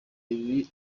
ibi